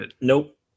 Nope